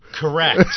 correct